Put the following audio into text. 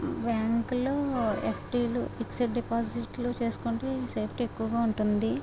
బ్యాంకులో ఎఫ్డీలు ఫిక్స్డ్ డిపాజిట్లు చేసుకుంటే సేఫ్టీ ఎక్కువగా ఉంటుంది